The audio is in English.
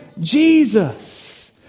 Jesus